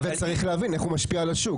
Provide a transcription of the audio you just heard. אבל צריך להבין איך הוא משפיע על שוק